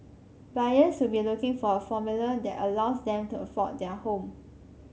buyers will be looking for a formula that allows them to afford their home